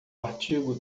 artigo